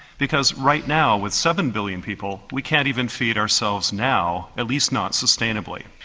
because right now with seven billion people we can't even feed ourselves now, at least not sustainably.